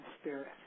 spirit